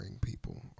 people